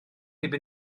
heb